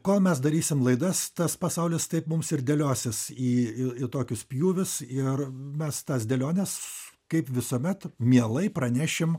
kol mes darysim laidas tas pasaulis taip mums ir dėliosis į tokius pjūvius ir mes tas dėliones kaip visuomet mielai pranešim